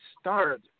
start